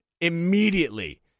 immediately